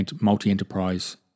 multi-enterprise